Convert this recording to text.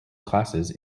classes